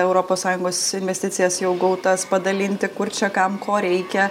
europos sąjungos investicijas jau gautas padalinti kur čia kam ko reikia